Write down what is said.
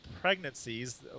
pregnancies